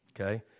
Okay